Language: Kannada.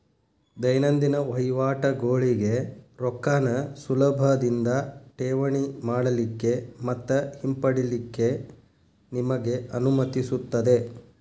ದೈನಂದಿನ ವಹಿವಾಟಗೋಳಿಗೆ ರೊಕ್ಕಾನ ಸುಲಭದಿಂದಾ ಠೇವಣಿ ಮಾಡಲಿಕ್ಕೆ ಮತ್ತ ಹಿಂಪಡಿಲಿಕ್ಕೆ ನಿಮಗೆ ಅನುಮತಿಸುತ್ತದೆ